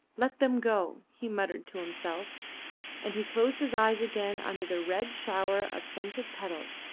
let them go, he muttered to himself and he closed his eyes again under the red shower of scented petals,